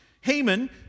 Haman